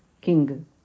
king